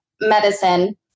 medicine